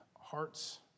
hearts